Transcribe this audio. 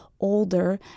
older